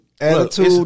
Attitude